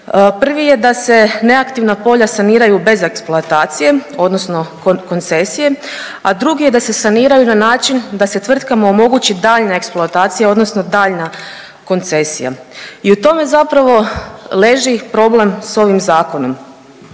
Prvi je da se neaktivna polja saniraju bez eksploatacije odnosno koncesije, a drugi je da se saniraju na način da se tvrtkama omogući daljnja eksploatacija odnosno daljnja koncesija i u tome zapravo leži problem s ovim zakonom.